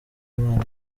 imana